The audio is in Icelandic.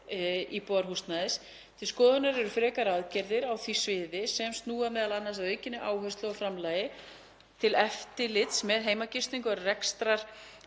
íbúðarhúsnæðis. Til skoðunar eru frekari aðgerðir á því sviði sem snúa m.a. að aukinni áherslu og framlagi til eftirlits með heimagistingu og